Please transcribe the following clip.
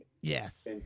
Yes